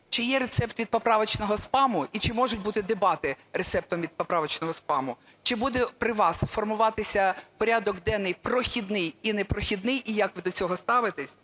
Чи є рецепт від поправочного спаму і чи можуть бути дебати рецептам від поправочного спаму? Чи буде при вас формуватися порядок денний прохідний і непрохідний, і як ви до цього ставитесь?